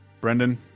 Brendan